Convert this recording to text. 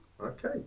Okay